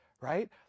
right